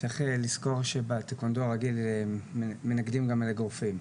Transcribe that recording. צריך לזכור שבטקוונדו הרגיל מנקדים גם על אגרופים.